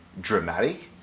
dramatic